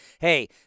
Hey